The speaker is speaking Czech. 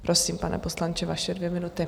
Prosím, pane poslanče, vaše dvě minuty.